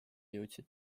jõudsid